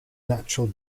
natural